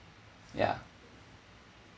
ya